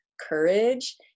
courage